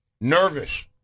nervous